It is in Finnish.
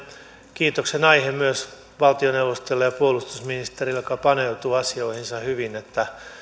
kiitoksen aihe myös valtioneuvostolle ja puolustusministerille joka paneutuu asioihinsa hyvin että